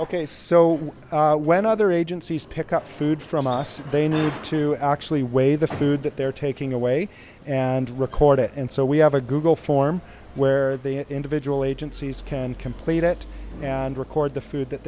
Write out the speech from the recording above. so when other agencies pick up food from us they need to actually weigh the food that they're taking away and record it and so we have a google form where the individual agencies can complete it and record the food that